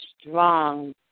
strong